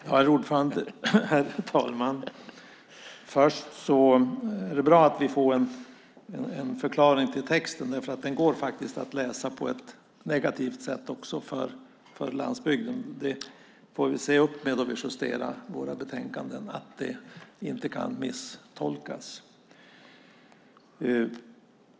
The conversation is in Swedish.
Herr talman! Först är det bra att vi får en förklaring till texten, för den går faktiskt att läsa på ett negativt sätt för landsbygden. Vi får se upp när vi justerar betänkanden så att de inte kan misstolkas.